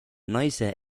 naise